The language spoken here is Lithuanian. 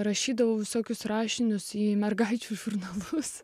rašydavau visokius rašinius į mergaičių žurnalus